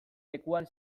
lekuan